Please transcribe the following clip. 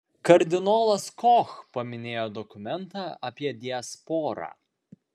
kardinolas koch paminėjo dokumentą apie diasporą